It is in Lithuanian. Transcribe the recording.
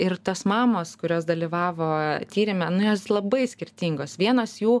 ir tos mamos kurios dalyvavo tyrime nu jos labai skirtingos vienos jų